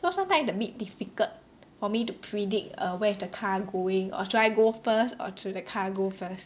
so sometimes a bit difficulty for me to predict err where is the car going or should I go first or should the car go first